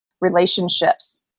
relationships